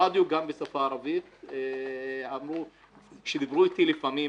הרדיו בשפה הערבית כשדיברו איתי לפעמים,